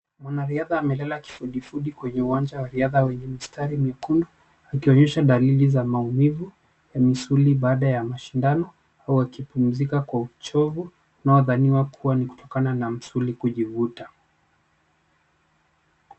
Mwanariadha amelala kifudifudi kwenye uwanjwa wa riadha wenye mistari mekundu akionyesha dalili za maumivu kwa misuli baada ya mashindano au akipumzika kwa uchovu unaodhaniwa kuwa ni kutokana na misuli kujivuta.